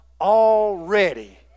already